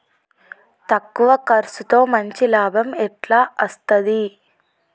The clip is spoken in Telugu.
తక్కువ కర్సుతో మంచి లాభం ఎట్ల అస్తది?